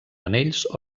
anells